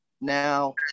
now